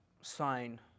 sign